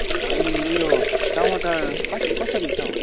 अनि ऊ यो टमटर कस् कसरी छ हौ